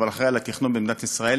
אבל אחראי לתכנון במדינת ישראל,